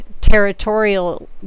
territorial